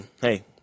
hey